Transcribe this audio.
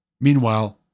Meanwhile